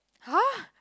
!huh!